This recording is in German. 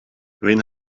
wen